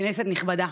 כנסת נכבדה,